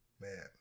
Man